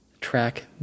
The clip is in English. track